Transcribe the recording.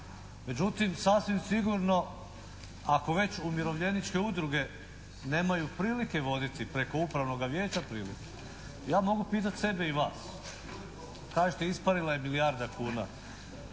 Međutim, sasvim sigurno ako već umirovljeničke udruge nemaju prilike voditi preko upravnoga vijeća "Plivu" ja mogu pitati sebe i vas, kažete isparila je milijarda kuna.